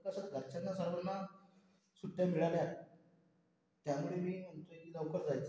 तसं तर घरच्यांना सर्वांना सुट्ट्या मिळाल्या आहेत त्यामुळे मी म्हणजे लवकर जायचं आहे